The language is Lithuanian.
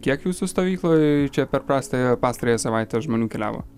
kiek jūsų stovykloj čia per prastąją pastarąją savaitę žmonių keliavo